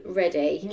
ready